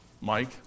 Mike